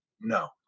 No